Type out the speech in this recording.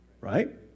right